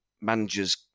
managers